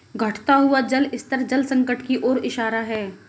घटता हुआ जल स्तर जल संकट की ओर इशारा है